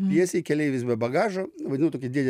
pjesėj keleivis be bagažo vaidinau tokį dėdę